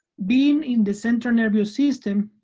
being in the central nervous system,